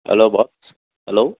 hello boss hello